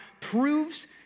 proves